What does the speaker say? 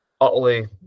utterly